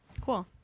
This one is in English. Cool